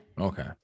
Okay